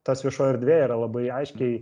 tas viešoj erdvėj yra labai aiškiai